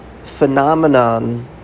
phenomenon